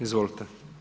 Izvolite.